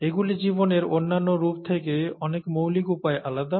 এগুলি জীবনের অন্যান্য রূপ থেকে অনেক মৌলিক উপায়ে আলাদা